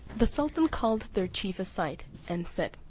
the sultan called their chief aside, and said,